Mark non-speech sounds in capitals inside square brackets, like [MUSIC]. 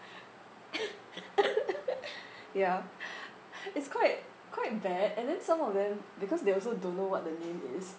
[LAUGHS] ya [BREATH] it's quite quite bad and then some of them because they also don't know what the name is